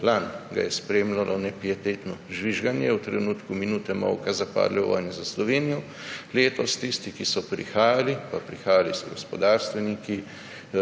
Lani ga je spremljajo nepietetno žvižganje v trenutku minute molke za padle v vojni za Slovenijo, letos je tiste, ki so prihajali, prihajali so gospodarstveniki,